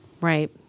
Right